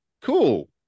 Cool